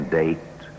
date